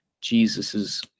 Jesus's